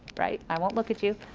right, i won't look at you.